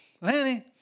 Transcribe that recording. Lanny